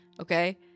Okay